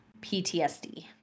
PTSD